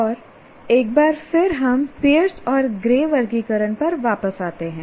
और एक बार फिर हम पीयर्स और ग्रे वर्गीकरण पर वापस आते हैं